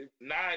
Nine